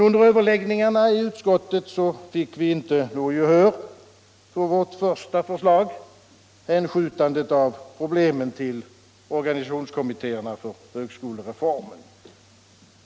Under överläggningarna i utskottet fick vi emellertid inte gehör för vårt första förslag, alltså hänskjutandet av problemen till organisationskommittéerna för högskolereformen.